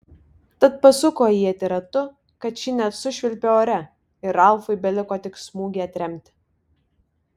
tad pasuko ietį ratu kad ši net sušvilpė ore ir ralfui beliko tik smūgį atremti